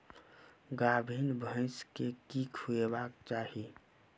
गाभीन भैंस केँ की खुएबाक चाहि?